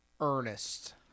Ernest